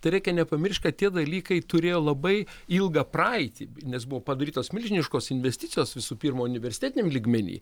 tai reikia nepamiršt kad tie dalykai turėjo labai ilgą praeitį nes buvo padarytos milžiniškos investicijos visų pirma universitetiniam lygmeny